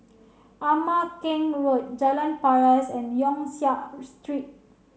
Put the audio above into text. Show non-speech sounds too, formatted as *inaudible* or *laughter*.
Ama Keng Road Jalan Paras and Yong Siak *unintelligible* Street